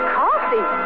coffee